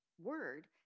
word